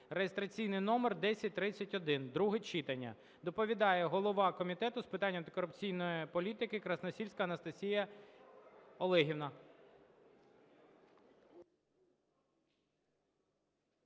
(реєстраційний номер 1031) (друге читання). Доповідає голова Комітету з питань антикорупційної політики Красносільська Анастасія Олегівна.